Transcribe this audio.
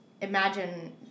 imagine